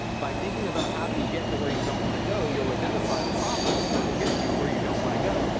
by thinking about, how do you get to where you don't want to go, you'll identify the problems that will get you where you don't want to go.